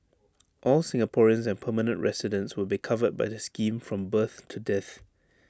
all Singaporeans and permanent residents will be covered by the scheme from birth to death